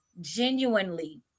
genuinely